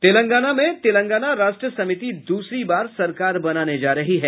तेलंगाना में तेलंगाना राष्ट्र समिति दूसरी बार सरकार बनाने जा रही है